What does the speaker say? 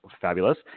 fabulous